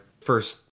first